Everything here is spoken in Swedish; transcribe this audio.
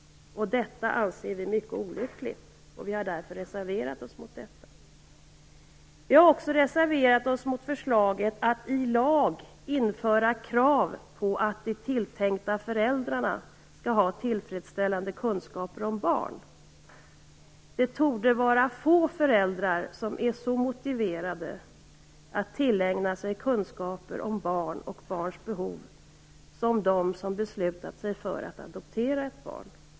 Detta anser vi mycket olyckligt. Vi har därför reserverat oss mot det. Vi har också reserverat oss mot förslaget att i lag införa krav på att de tilltänkta föräldrarna skall ha tillfredsställande kunskaper om barn. Det torde vara få föräldrar som är så motiverade att tillägna sig kunskaper om barn och barns behov som dem som beslutat sig för att adoptera ett barn.